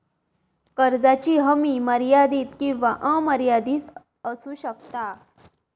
कर्जाची हमी मर्यादित किंवा अमर्यादित असू शकता